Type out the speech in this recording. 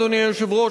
אדוני היושב-ראש,